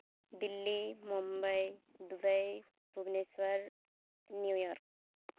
Delhi Mumbai Dubai Bhubaneswar New York